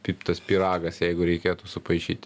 kaip tas pyragas jeigu reikėtų supaišyti